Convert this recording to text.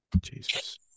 Jesus